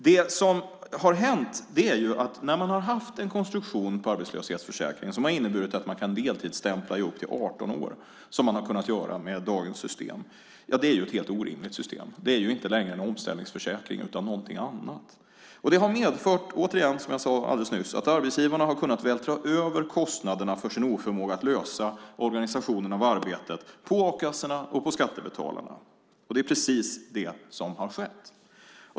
Det som har hänt är att när man har haft en konstruktion på arbetslöshetsförsäkringen som har inneburit att man kan deltidsstämpla i upp till 18 år, som man har kunnat göra med dagens system, är systemet helt orimligt. Det är inte längre en omställningsförsäkring utan någonting annat. Det har medfört - återigen, som jag sade alldeles nyss - att arbetsgivarna har kunnat vältra över kostnaderna för sin oförmåga att lösa organisationen av arbetet på a-kassorna och på skattebetalarna. Det är precis det som har skett.